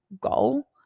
goal